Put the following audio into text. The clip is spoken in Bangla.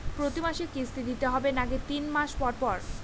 প্রতিমাসে কিস্তি দিতে হবে নাকি তিন মাস পর পর?